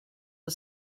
the